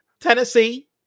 Tennessee